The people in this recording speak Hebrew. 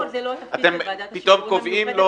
--- זה לא התפקיד של ועדת השחרורים המיוחדת,